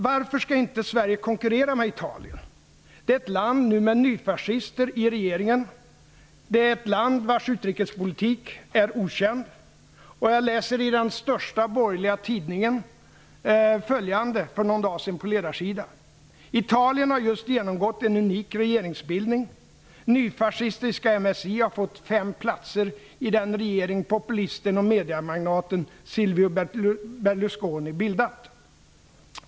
Varför skall Sverige inte konkurrera med Italien? Det är ett land med nyfascister i regeringen. Det är ett land vars utrikespolitik är okänd. Jag läste för någon dag sedan följande på ledarsidan i den största borgerliga tidningen: ''Italien har just genomgått en unik regeringsbildning. Nyfascistiska MSI har fått fem platser i den regering populisten och mediamagnaten Silvio Berlusconi bildat.